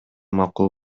макул